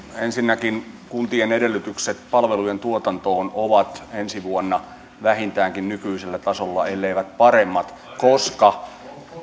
ensinnäkin kuntien edellytykset palvelujen tuotantoon ovat ensi vuonna vähintäänkin nykyisellä tasolla elleivät paremmat koska